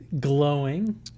glowing